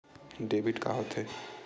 Debit का होथे?